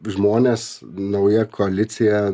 žmonės nauja koalicija